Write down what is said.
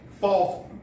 false